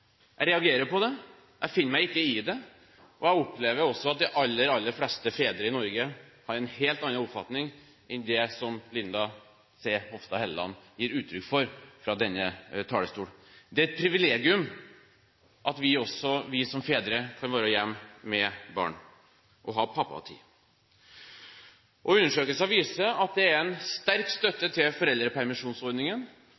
Jeg reagerer på det, jeg finner meg ikke i det, og jeg opplever også at de aller, aller fleste fedre i Norge har en helt annen oppfatning enn den som Linda C. Hofstad Helleland gir uttrykk for fra denne talerstol. Det er et privilegium at vi også, vi som fedre, kan være hjemme med barn og ha pappatid. Undersøkelser viser at det i befolkningen og særlig blant småbarnsforeldre er en sterk